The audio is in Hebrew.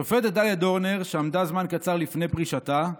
השופטת דליה דורנר, שעמדה זמן קצר לפני פרישתה,